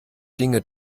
dinge